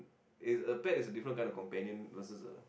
it's a pet is a different kind of companion versus a